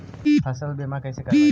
फसल बीमा कैसे करबइ?